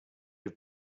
have